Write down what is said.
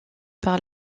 par